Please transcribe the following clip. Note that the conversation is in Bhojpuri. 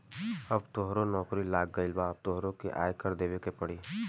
अब तोहरो नौकरी लाग गइल अब तोहरो के आय कर देबे के पड़ी